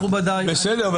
בסדר.